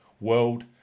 World